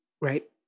right